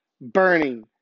burning